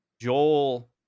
Joel